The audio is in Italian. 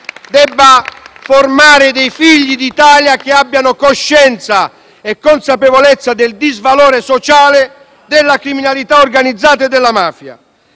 deve formare dei figli d'Italia che abbiano coscienza e consapevolezza del disvalore sociale della criminalità organizzata e della mafia